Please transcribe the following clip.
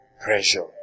pressure